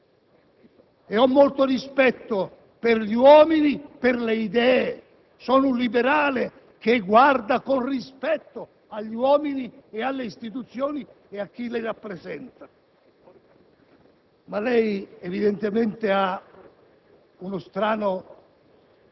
Mi spiace, non sono un estremista e ho molto rispetto per gli uomini e per le idee. Sono un liberale che guarda con rispetto agli uomini, alle istituzioni e a chi le rappresenta.